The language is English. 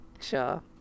sure